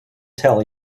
tell